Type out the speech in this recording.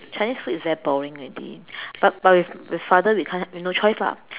Chinese food is very boring already but but with with father we can't we no choice lah